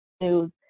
News